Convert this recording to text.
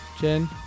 Jen